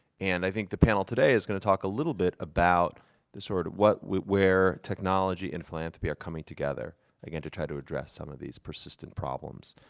and i think the panel today is going to talk a little bit about the sort of what and where technology and philanthropy are coming together again to try to address some of these persistent problems.